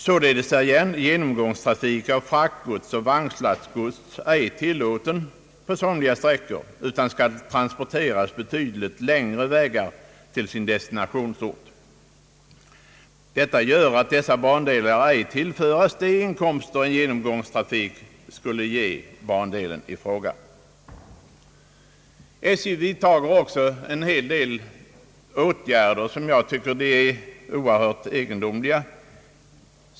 Således är genomgångstrafik av fraktgods och vagnslastgods ej tillåten på somliga sträckor, utan godset måste transporteras betydligt längre vägar till sin destinationsort. Detta gör att dessa bandelar ej tillföres de inkomster en genomgångstrafik skulle ge bandelen i fråga. SJ vidtager också en hel del åtgärder som jag finner oerhört egendomliga.